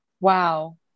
wow